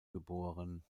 geboren